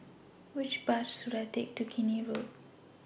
Which Bus should I Take to Keene Road